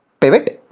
pivot,